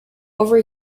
over